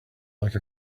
like